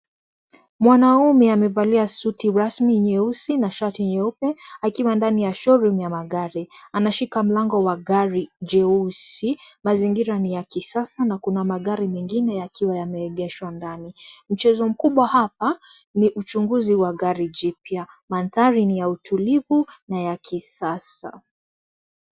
Mwanaume amevalia suti rasmi nyeusi na Shati nyeupe, akiwa ndani ya show room ya magari. Anashika mlango wa gari jeusi, mazingira ni ya kisasa na Kuna magari mengine yakiwa yameegeshwa ndani. Mchezo mkubwa hapa ni uchunguzi wa gari jipya. Mandhari ni ya utulivu na ya kisasa.